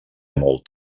molt